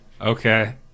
Okay